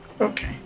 Okay